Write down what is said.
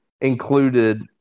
included